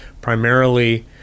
primarily